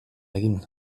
egin